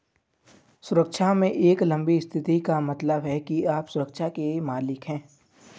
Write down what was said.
सुरक्षा में एक लंबी स्थिति का मतलब है कि आप सुरक्षा के मालिक हैं